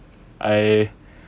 I